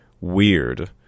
weird